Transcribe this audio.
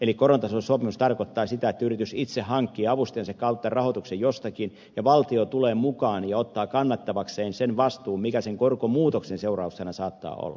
eli korontasaussopimus tarkoittaa sitä että yritys itse hankkii avustajansa kautta rahoituksen jostakin ja valtio tulee mukaan ja ottaa kannettavakseen sen vastuun mikä korkomuutoksen seurauksena saattaa olla